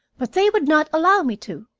but they would not allow me to.